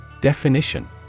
Definition